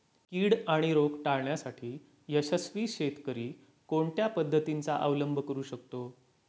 कीड आणि रोग टाळण्यासाठी यशस्वी शेतकरी कोणत्या पद्धतींचा अवलंब करू शकतो?